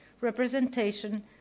representation